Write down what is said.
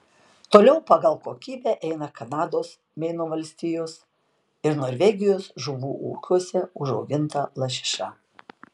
toliau pagal kokybę eina kanados meino valstijos ir norvegijos žuvų ūkiuose užauginta lašiša